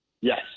Yes